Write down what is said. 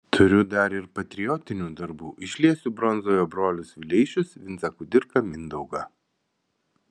turiu dar ir patriotinių darbų išliesiu bronzoje brolius vileišius vincą kudirką mindaugą